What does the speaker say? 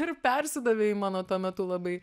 ir persidavė į mano tuo metu labai